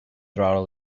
throttle